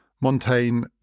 Montaigne